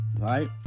right